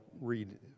read